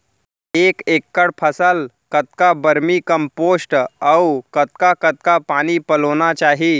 एक एकड़ फसल कतका वर्मीकम्पोस्ट अऊ कतका कतका पानी पलोना चाही?